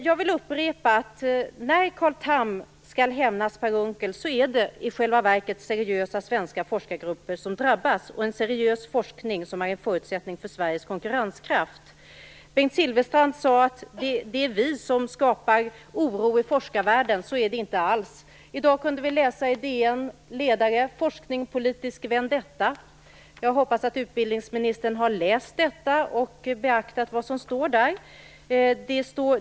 Jag vill upprepa: När Carl Tham skall hämnas på Per Unckel är det i själva verket seriösa svenska forskargrupper och den seriösa forskningen som har gett förutsättning för svensk konkurrenskraft som drabbas. Bengt Silfverstrand sade att det är vi moderater som skapar oro i forskarvärlden. Så är det inte alls. I dag kunde vi läsa en ledare i DN med rubriken En forskningspolitisk vendetta. Jag hoppas att utbildningsministern läser denna och beaktar vad som står där.